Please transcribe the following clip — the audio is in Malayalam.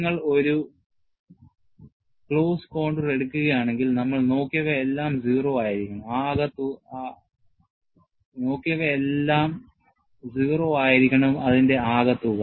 നിങ്ങൾ ഒരു ക്ലോസ്ഡ് കോൺടൂർ എടുക്കുകയാണെങ്കിൽ നമ്മൾ നോക്കിയവയെല്ലാം 0 ആയിരിക്കണം ആക തുക